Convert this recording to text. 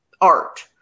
art